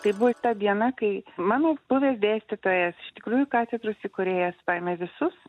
kai buvo ta diena kai mano buvęs dėstytojas iš tikrųjų katedros įkūrėjas paėmė visus